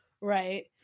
right